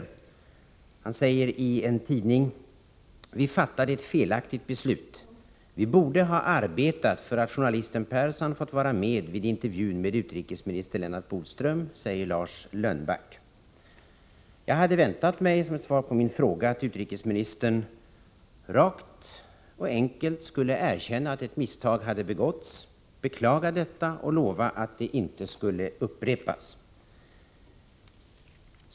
I en tidning säger han följande: ”Vi fattade ett felaktigt beslut. Vi borde ha arbetat för att journalisten Percan fått vara med vid intervjun med utrikesminister Lennart Bodström.” Som svar på min fråga hade jag väntat mig att utrikesministern rakt och enkelt skulle erkänna att ett misstag begåtts och att han skulle beklaga detta och lova att ett sådant misstag inte skulle upprepas.